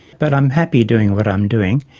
but i'm happy doing what i'm doing.